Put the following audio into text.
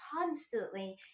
constantly